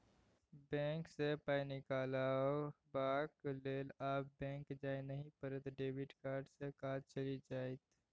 bank सँ पाय निकलाबक लेल आब बैक जाय नहि पड़त डेबिट कार्डे सँ काज चलि जाएत